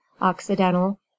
Occidental